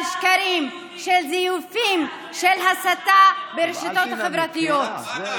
של שקרים, של זיופים, של הסתה ברשתות החברתיות.